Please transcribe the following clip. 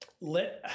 Let